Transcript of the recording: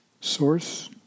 source